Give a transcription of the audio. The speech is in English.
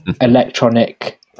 electronic